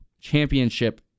championship